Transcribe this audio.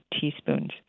teaspoons